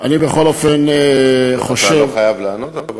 אתה לא חייב לענות, אבל,